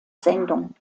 sendung